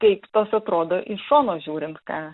kaip tas atrodo iš šono žiūrint ką